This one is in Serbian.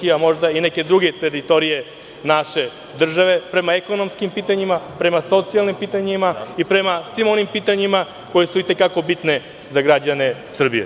KiM, a možda i neke druge teritorije naše države, prema ekonomskim pitanjima, prema socijalnim pitanjima i prema svim onim pitanjima koja su i te kako bitna za građane Srbije.